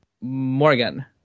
Morgan